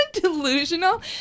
delusional